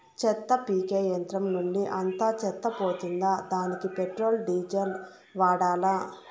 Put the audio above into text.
చెత్త పీకే యంత్రం నుండి అంతా చెత్త పోతుందా? దానికీ పెట్రోల్, డీజిల్ వాడాలా?